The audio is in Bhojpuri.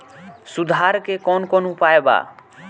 सुधार के कौन कौन उपाय वा?